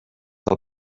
del